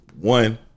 One